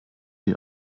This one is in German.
die